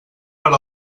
per